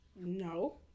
No